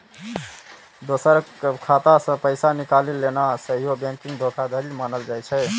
दोसरक खाता सं पैसा निकालि लेनाय सेहो बैंकिंग धोखाधड़ी मानल जाइ छै